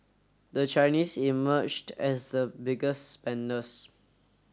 the Chinese emerged as the biggest spenders